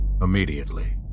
immediately